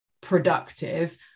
productive